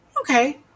Okay